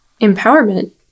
empowerment